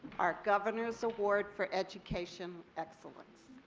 our governor's award for education excellence.